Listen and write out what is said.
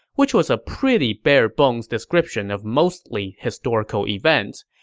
which was a pretty barebones description of mostly historical events,